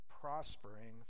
Prospering